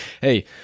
Hey